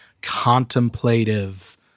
contemplative